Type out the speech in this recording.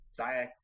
Zayek